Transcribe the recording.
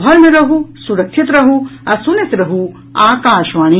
घर मे रहू सुरक्षित रहू आ सुनैत रहू आकाशवाणी